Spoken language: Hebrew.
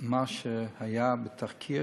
ממה שהיה בתחקיר.